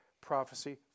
prophecy